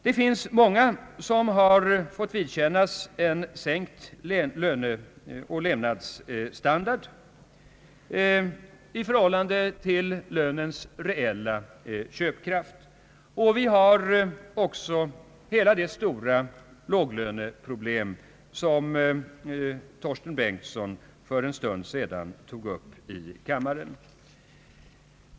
Det är många som har fått vidkännas sänkt löneoch levnadsstandard i förhållande till lönens reella köpkraft. Vi har också hela det stora låglöneproblem som herr Bengtson för en stund sedan tog upp här i kammaren.